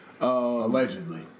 Allegedly